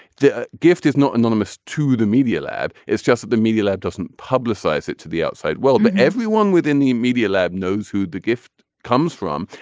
the gift is not anonymous to the media lab. it's just that the media lab doesn't publicize it to the outside well but everyone within the media lab knows who the gift comes from.